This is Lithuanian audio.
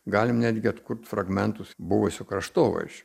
galim netgi atkurt fragmentus buvusio kraštovaizdžio